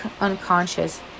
unconscious